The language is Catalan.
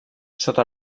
sota